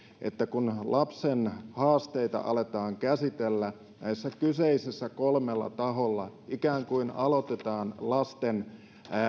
että kun lapsen haasteita aletaan käsitellä näillä kolmella kyseisellä taholla ikään kuin aloitetaan lasten